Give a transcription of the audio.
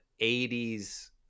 80s